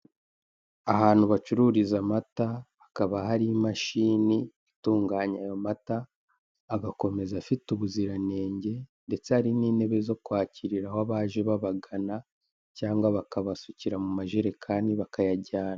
Ahantu bacururiza amata hakaba hari imashini itunganya ayo mata agakomeza afite ubuziranenge ndetse hari n'intebe zo kwakiriraho abaje babagana cyangwa bakabasukira mu majerekani bakayajyana.